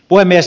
puhemies